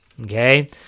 okay